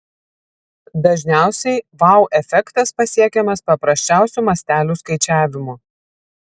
dažniausiai vau efektas pasiekiamas paprasčiausiu mastelių skaičiavimu